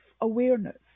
awareness